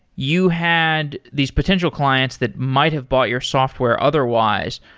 you had these potential clients that might have bought your software otherwise.